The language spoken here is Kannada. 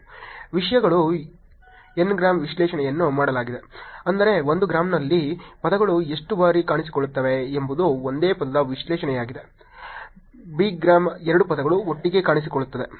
ವಿಷಯಗಳು ಎನ್ ಗ್ರಾಮ್ ವಿಶ್ಲೇಷಣೆಯನ್ನು ಮಾಡಲಾಗಿದೆ ಅಂದರೆ 1 ಗ್ರಾಂನಲ್ಲಿ ಪದಗಳು ಎಷ್ಟು ಬಾರಿ ಕಾಣಿಸಿಕೊಳ್ಳುತ್ತವೆ ಎಂಬುದು ಒಂದೇ ಪದದ ವಿಶ್ಲೇಷಣೆಯಾಗಿದೆ ಬೈಗ್ರಾಮ್ 2 ಪದಗಳು ಒಟ್ಟಿಗೆ ಕಾಣಿಸಿಕೊಳ್ಳುತ್ತದೆ